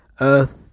Earth